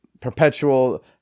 perpetual